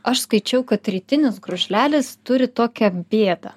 aš skaičiau kad rytinis krušlelis turi tokią bėdą